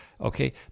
Okay